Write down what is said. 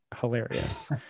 hilarious